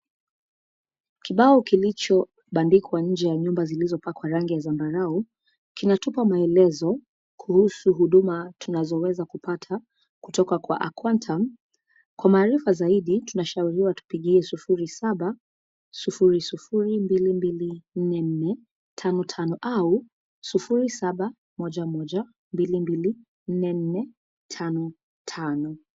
Kibao kilicho bandikwa nje ya nyumba zilizopakwa rangi ya zambarau, kinatupa maelezo kuhusu huduma tunazoweza kupata kutoka kwa aquantum kwa maarifa zaidi tunashauriwa tupigie 0700224455 au 0711224455.